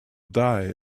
die